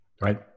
Right